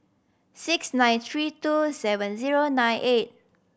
six nine three two seven zero nine eight